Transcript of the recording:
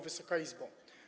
Wysoka Izbo!